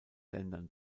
ländern